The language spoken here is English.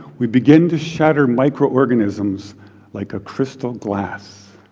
we begin to shatter microorganisms like a crystal glass.